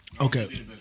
Okay